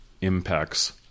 impacts